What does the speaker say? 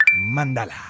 Mandala